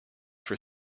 for